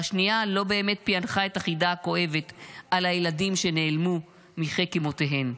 והשנייה לא באמת פיענחה את החידה כואבת על הילדים שנעלמו מחיק אימותיהם.